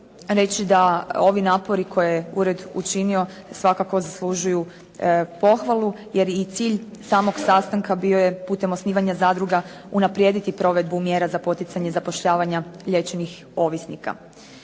reći da ovi napori koje je Ured učinio svakako zaslužuju pohvalu jer i cilj samog sastanka bio je putem osnivanja zadruga unaprijediti provedbu mjera za poticanje zapošljavanja liječenih ovisnika.